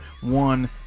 one